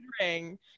ring